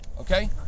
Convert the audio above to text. okay